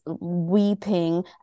weeping